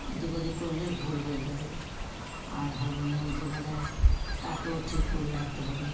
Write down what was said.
এদিক ওদিক করলে ভুল হয়ে যাবে আর হারমোনিয়াম যে বাজায় তাকেও ঠিক বলে রাখতে হবে